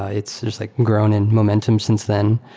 ah it's just like grown in momentum since then.